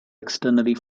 externally